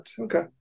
Okay